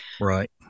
Right